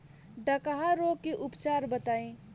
डकहा रोग के उपचार बताई?